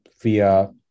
via